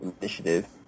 initiative